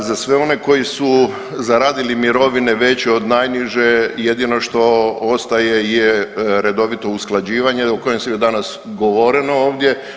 Da, za sve one koji su zaradili mirovine veće od najniže jedino što ostaje je redovito usklađivanje o kojem je danas govoreno ovdje.